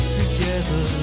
together